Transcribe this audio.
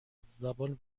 زبان